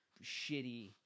shitty